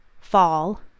fall